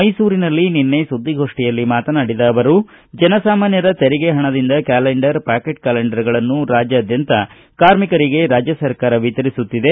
ಮೈಸೂರಿನಲ್ಲಿ ನಿನ್ನೆ ಸುದ್ದಿಗೋಷ್ಠಿಯಲ್ಲಿ ಮಾತನಾಡಿದ ಅವರು ಜನಸಾಮಾನ್ಯರ ತೆರಿಗೆ ಪಣದಿಂದ ಕ್ಕಾಲೆಂಡರ್ ಪ್ಕಾಕೆಟ್ ಕ್ಕಾಲೆಂಡರ್ಗಳನ್ನು ರಾಜ್ಯಾದ್ಯಂತ ಕಾರ್ಮಿಕರಿಗೆ ರಾಜ್ಯ ಸರ್ಕಾರ ವಿತರಿಸುತ್ತಿದೆ